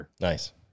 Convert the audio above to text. Nice